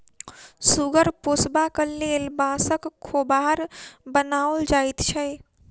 सुगर पोसबाक लेल बाँसक खोभार बनाओल जाइत छै